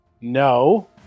No